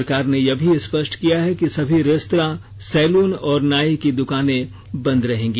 सरकार ने यह भी स्पष्ट किया है कि सभी रेस्त्रा सैलून और नाई की दुकाने बंद रहेंगी